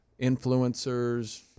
influencers